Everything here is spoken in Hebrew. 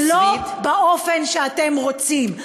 ולא באופן שאתם רוצים.